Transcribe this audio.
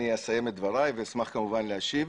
--- אני יודעת מה עומד מאחורי הרעיון של המצ'ינג.